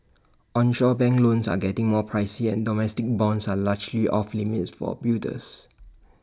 onshore bank loans are getting more pricey and domestic bonds are largely off limits for builders